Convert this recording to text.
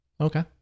okay